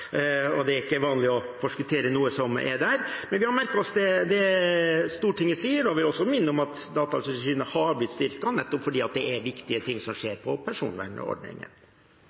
Det er ikke vanlig å forskuttere noe som kommer der, men vi har merket oss det Stortinget sier. Jeg vil også minne om at Datatilsynet har blitt styrket, nettopp fordi det er viktige ting som skjer med personvernordningen.